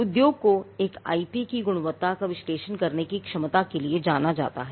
उद्योग को एक आईपी की गुणवत्ता का विश्लेषण करने की क्षमता के लिए जाना जाता है